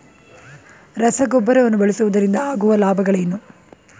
ರಸಗೊಬ್ಬರವನ್ನು ಬಳಸುವುದರಿಂದ ಆಗುವ ಲಾಭಗಳೇನು?